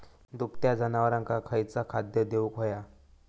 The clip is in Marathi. दुभत्या जनावरांका खयचा खाद्य देऊक व्हया?